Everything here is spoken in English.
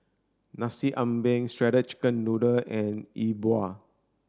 Nasi Ambeng shredded chicken noodle and E Bua